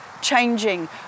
changing